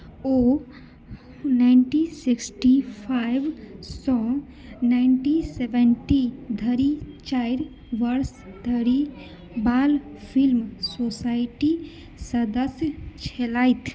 ओ nineteen sixty फाइवसँ nineteen seventy धरि चारि वर्ष धरि बाल फिल्म सोसायटिक सदस्य छलथि